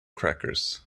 crackers